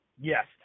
yes